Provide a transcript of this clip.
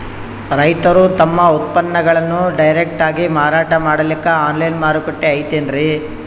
ರೈತರು ತಮ್ಮ ಉತ್ಪನ್ನಗಳನ್ನು ಡೈರೆಕ್ಟ್ ಆಗಿ ಮಾರಾಟ ಮಾಡಲಿಕ್ಕ ಆನ್ಲೈನ್ ಮಾರುಕಟ್ಟೆ ಐತೇನ್ರೀ?